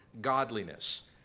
godliness